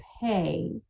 pay